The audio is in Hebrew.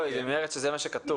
לא, היא אומרת שזה מה שכתוב.